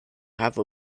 have